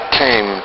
came